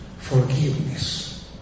forgiveness